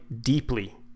deeply